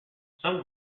some